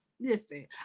listen